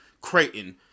Creighton